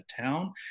town